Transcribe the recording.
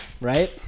right